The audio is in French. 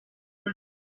dix